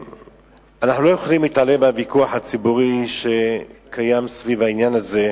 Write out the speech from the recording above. אנחנו לא יכולים להתעלם מהוויכוח הציבורי שקיים סביב העניין הזה,